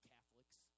Catholics